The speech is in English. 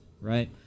right